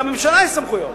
גם לממשלה יש סמכויות,